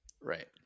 right